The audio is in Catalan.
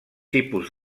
tipus